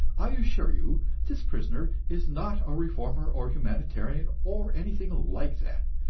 i assure you this prisoner is not a reformer or humanitarian or anything like that.